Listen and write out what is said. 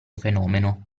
fenomeno